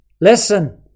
listen